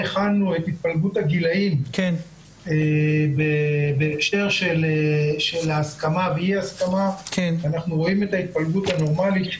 של התפלגות הגילים בהקשר של ההסכמה ואי-ההסכמה: בגיל